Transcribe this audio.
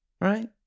Right